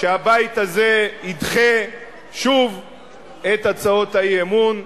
שהבית הזה ידחה שוב את הצעות האי-אמון,